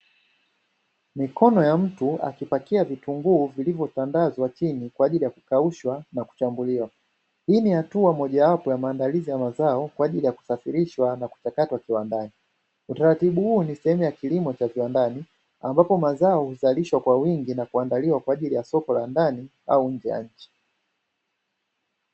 Mikono ya mtu akipakia vitunguu vilivyotandazwa chini kwa ajili ya kukaushwa na kuchambuliwa, hii ni hatua moja wapo ya maandalizi ya mazao kwa ajili ya kusafirishwa na kuchakatwa kiwandani, utaratibu huu ni sehemu ya kilimo cha viwandani ambapo mazao huzalishwa kwa wingi na huandaliwa kwa ajili ya soko la ndani au nje ya nchi.